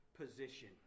position